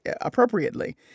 appropriately